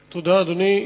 תודה, אדוני.